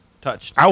touched